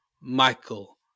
Michael